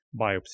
biopsy